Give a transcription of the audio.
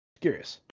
Curious